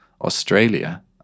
Australia